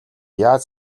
яаж